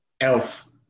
Elf